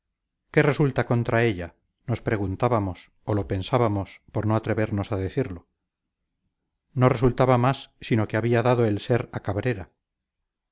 qué resulta contra ella nos preguntábamos o lo pensábamos por no atrevernos a decirlo no resultaba más sino que había dado el ser a cabrera